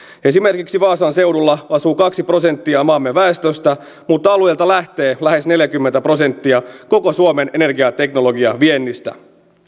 esimerkiksi vaasan seudulla asuu kaksi prosenttia maamme väestöstä mutta alueelta lähtee lähes neljäkymmentä prosenttia koko suomen energiateknologiaviennistä